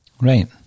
Right